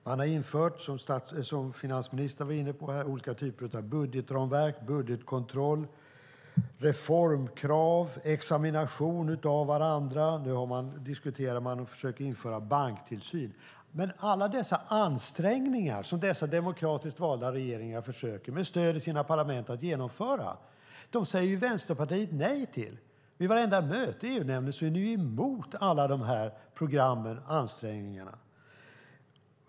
Man har infört, som finansministern var inne på, olika typer av budgetramverk, budgetkontroll, reformkrav, examination av varandra, och nu diskuterar man att införa banktillsyn. Men alla dessa ansträngningar som dessa demokratiskt valda regeringar med stöd av sina parlament försöker genomföra säger ni i Vänsterpartiet nej till. Vid vartenda möte i EU-nämnden är ni emot alla sådana program och ansträngningar.